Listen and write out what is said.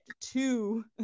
two